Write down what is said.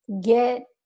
get